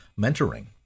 mentoring